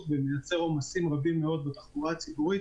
ויוצר עומסים רבים מאוד בתחבורה הציבורית.